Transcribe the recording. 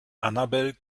annabel